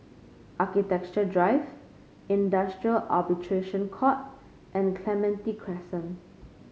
Architecture Drive Industrial Arbitration Court and Clementi Crescent